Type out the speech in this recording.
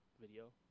video